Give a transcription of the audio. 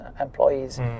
employees